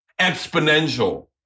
exponential